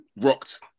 rocked